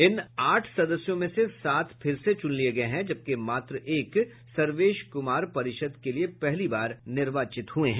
इन आठ सदस्यों में से सात फिर से चुन लिये गये हैं जबकि मात्र एक सर्वेश कुमार परिषद् के लिए पहली बार निर्वाचित हुये हैं